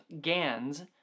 Gans